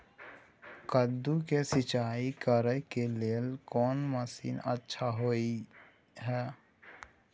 कद्दू के सिंचाई करे के लेल कोन मसीन अच्छा होय है?